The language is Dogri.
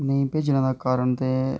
नेईं भेजने दा कारण ते